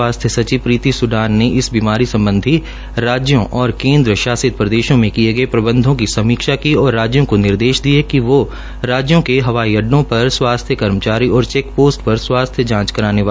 स्वास्थ्य सचिव प्रीति सुडान ने इस बीमारी सम्बधी राज्यों और केन्द्र शासित प्रदेशों में किये गये प्रबंधों की समीक्षा की और राज्यों को निर्देश दिये कि वो राज्यों के हवाई अड़डों पर स्वासथ्य कर्मचारी और चेक पोस्ट पर स्वासथ्य जांच करने वाले अधिकारियों में बढ़ोतरी करें